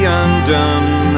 undone